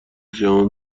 جهان